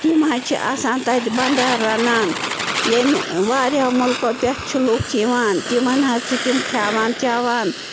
تِم حظ چھِ آسان تَتہِ بَنٛڈار رَنان یٔمۍ واریاہَو مُلکَو پٮ۪ٹھ چھِ لُکھ یِوان تِمَن حظ چھِ تِم کھیٚوان چاوان